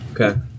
Okay